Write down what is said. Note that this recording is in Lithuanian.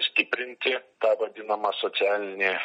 stiprinti tą vadinamą socialinį